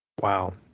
Wow